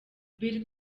bill